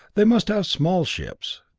they must have small ships,